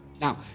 Now